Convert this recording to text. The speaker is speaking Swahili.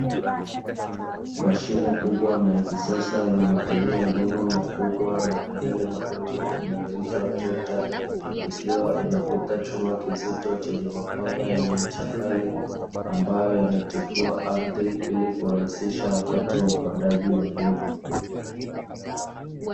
Mashine kubwa na ya kisasa yenye mataili ya nyuma makubwa na ya mbele madogo inayoitwa trekta, ikiwa inavuta chuma kizito chenye mapanga yenye ncha kali, ambayo yanatifua ardhi ili kurahisisha wakati wa upandaji wa mbegu.